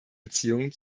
beziehungen